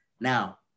Now